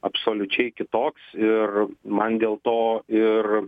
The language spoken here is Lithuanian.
absoliučiai kitoks ir man dėl to ir